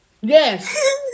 Yes